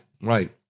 right